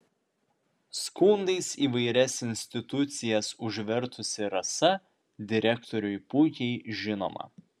skundais įvairias institucijas užvertusi rasa direktoriui puikiai žinoma